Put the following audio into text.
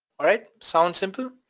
alright? sound simple?